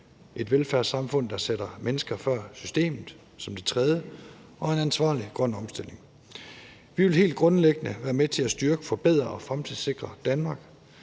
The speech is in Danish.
et velfærdssamfund, der sætter mennesker før systemet, som det tredje; og som det fjerde en ansvarlig grøn omstilling. Vi vil helt grundlæggende være med til at styrke, forbedre og fremtidssikre Danmark.